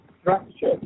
structure